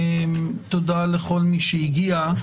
תודה לכל מי שהגיע.